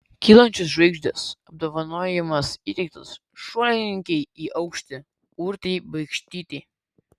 kylančios žvaigždės apdovanojimas įteiktas šuolininkei į aukštį urtei baikštytei